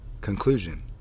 Conclusion